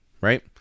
Right